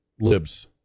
libs